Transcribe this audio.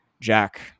Jack